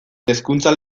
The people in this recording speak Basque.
hezkuntza